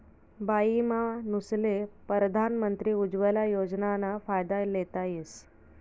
बाईमानूसले परधान मंत्री उज्वला योजनाना फायदा लेता येस